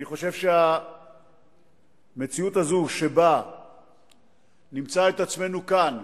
אני חושב שהמציאות הזאת שבה נמצא את עצמנו כאן,